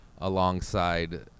alongside